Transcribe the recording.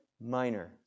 Minor